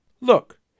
look